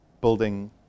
building